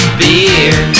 beer